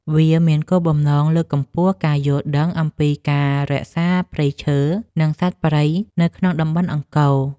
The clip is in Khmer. វាមានគោលបំណងលើកកម្ពស់ការយល់ដឹងអំពីការអភិរក្សព្រៃឈើ និងសត្វព្រៃនៅក្នុងតំបន់អង្គរ។